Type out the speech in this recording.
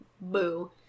boo